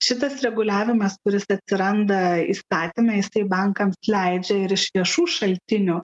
šitas reguliavimas kuris atsiranda įstatymais tai bankams leidžia ir iš viešų šaltinių